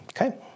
Okay